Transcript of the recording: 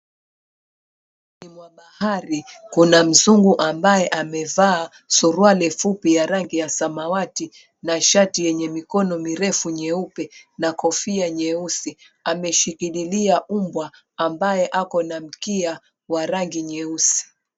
Ufukweni mwa bahari kuna mzungu ambaye amevaa suruali fupi ya rangi ya samawati na shati yenye mikono mirefu nyeupe na kofia nyeusi. Amemshikililia mbwa ambaye ako na mkia wa rangi nyeusi.